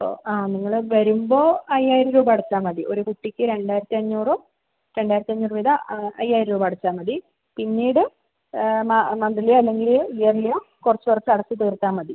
അപ്പോൾ ആ നിങ്ങൾ വരുമ്പോൾ അയ്യായിരം രൂപ അടച്ചാൽ മതി ഒരു കുട്ടിക്ക് രണ്ടായിരത്തി അഞ്ഞൂറും രണ്ടായിരത്തഞ്ഞൂറ് വീതം അയ്യായിരം രൂപ അടച്ചാൽ മതി പിന്നീട് മന്ത്ലിയോ അല്ലെങ്കിൽ ഇയർലിയോ കുറച്ച് കുറച്ച് അടച്ച് തീർത്താൽ മതി